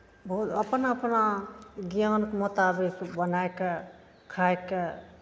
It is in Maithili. बहुत अपना अपना ज्ञानके मुताबिक बनाए कऽ खाए कऽ